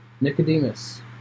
Nicodemus